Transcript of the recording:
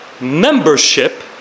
membership